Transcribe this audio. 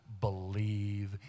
believe